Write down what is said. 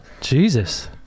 Jesus